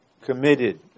committed